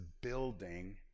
building